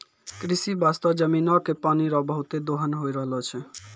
कृषि बास्ते जमीनो के पानी रो बहुते दोहन होय रहलो छै